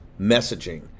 messaging